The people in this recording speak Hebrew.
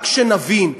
רק שנבין,